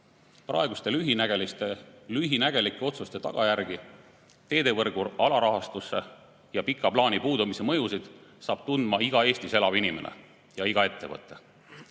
Praeguste lühinägelike otsuste tagajärgi, teevõrgu alarahastuse ja pika plaani puudumise mõjusid saab tundma iga Eestis elav inimene ja iga ettevõte. Palume